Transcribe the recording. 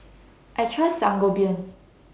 I Trust Sangobion